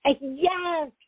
Yes